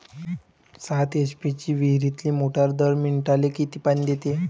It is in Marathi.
सात एच.पी ची विहिरीतली मोटार दर मिनटाले किती पानी देते?